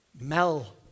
Mel